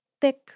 thick